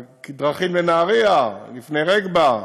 הדרכים לנהריה, לפני רגבה,